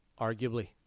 arguably